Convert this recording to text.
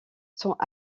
sont